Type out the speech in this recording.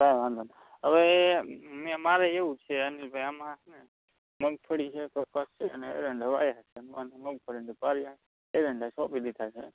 કંઈ વાંધો નહીં હવે મેં મારે એવું છે અનિલભાઈ આમાં છે ને મગફળી છે કપાસ છે અને એરંડા વાવ્યા છે મગફળીના તો પાળિયા એરંડા તો સોંપી દીધા છે